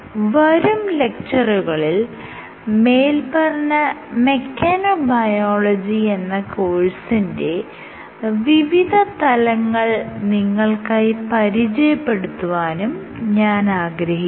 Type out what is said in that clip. വരും ലെക്ച്ചറുകളിൽ മേല്പറഞ്ഞ മെക്കാനോബയോളജി എന്ന കോഴ്സിന്റെ വിവിധ തലങ്ങൾ നിങ്ങൾക്കായി പരിചയപ്പെടുത്താനും ഞാൻ ആഗ്രഹിക്കുന്നു